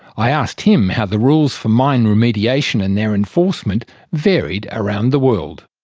i asked him how the rules for mine remediation and their enforcement varied around the world.